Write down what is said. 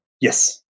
Yes